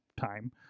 time